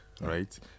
right